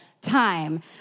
time